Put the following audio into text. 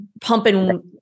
pumping